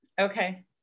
okay